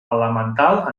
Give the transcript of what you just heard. elemental